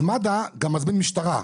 אז מד"א גם מזמין משטרה.